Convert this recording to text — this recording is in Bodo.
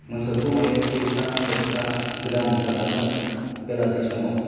मोसौखौ मानि थुखैस्रां लोबस्रां गोदान फागाजों बेलासे समाव